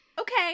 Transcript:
Okay